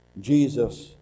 Jesus